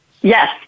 Yes